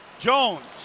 Jones